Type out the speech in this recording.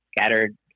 scattered